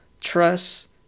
Trust